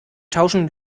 tauschen